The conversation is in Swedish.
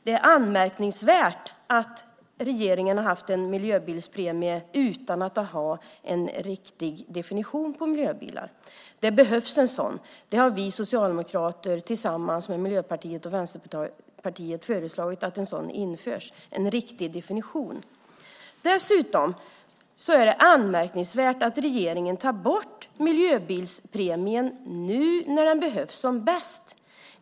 Det är anmärkningsvärt att regeringen har haft en miljöbilspremie utan att ha en riktig definition av miljöbilar. Det behövs en sådan. Vi socialdemokrater har tillsammans med Miljöpartiet och Vänsterpartiet föreslagit att en riktig definition införs. Dessutom är det anmärkningsvärt att regeringen tar bort miljöbilspremien nu, när den behövs som bäst.